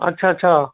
ਅੱਛਾ ਅੱਛਾ